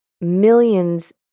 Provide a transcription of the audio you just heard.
millions